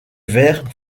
vert